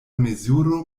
mezuro